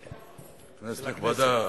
כנסת נכבדה,